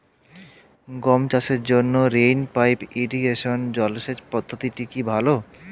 গম চাষের জন্য রেইন পাইপ ইরিগেশন জলসেচ পদ্ধতিটি কি ভালো?